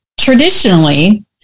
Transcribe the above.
traditionally